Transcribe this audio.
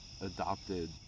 adopted